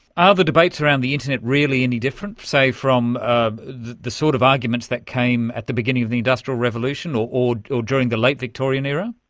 ah the debates around the internet really any different, say, from um the sort of arguments that came at the beginning of the industrial revolution or or during the late victorian era?